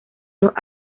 los